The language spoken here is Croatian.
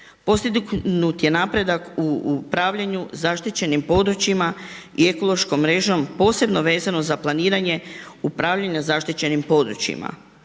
Postignut je napredak u upravljanju zaštićenim područjima i ekološkom mrežom posebno vezano za planiranje upravljanja zaštićenim područjima.